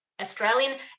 Australian